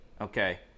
Okay